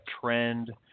trend